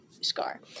scar